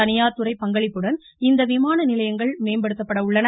தனியார் துறை பங்களிப்புடன் இந்த விமானநிலையங்கள் மேம்படுத்தப்பட உள்ளன